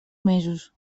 mesos